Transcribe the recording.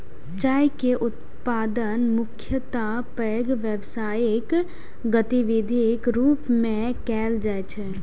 चाय के उत्पादन मुख्यतः पैघ व्यावसायिक गतिविधिक रूप मे कैल जाइ छै